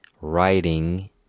writing